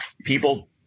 people